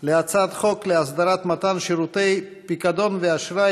להצעת חוק להסדרת מתן שירותי פיקדון ואשראי